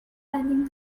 finding